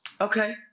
Okay